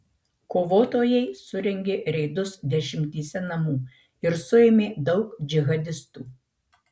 kovotojai surengė reidus dešimtyse namų ir suėmė daug džihadistų